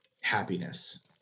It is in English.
happiness